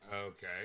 Okay